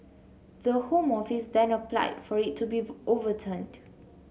the Home Office then applied for it to be overturned